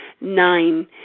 Nine